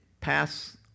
pass